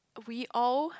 we all